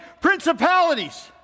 principalities